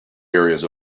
areas